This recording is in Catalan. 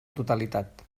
totalitat